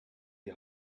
die